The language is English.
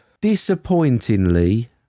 Disappointingly